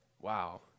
wow